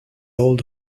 old